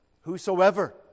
Whosoever